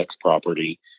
property